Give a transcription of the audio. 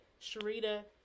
Sharita